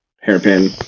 hairpin